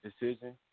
decision